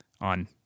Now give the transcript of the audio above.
on